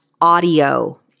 audio